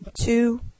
two